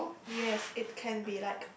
yes it can be like